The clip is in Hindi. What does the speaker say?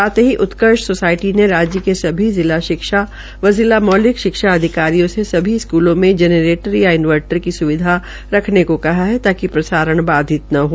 साथ ही उत्कर्ष सोसायटी ने राज्य के सभी जिला शिक्षा व जिला मौलिक शिक्षा अधिकारियों से सभी स्कूलों में जेनरेटर या इंनर्वटर की स्विधा रखने को कहा है ताकि प्रसारण बाधित न हो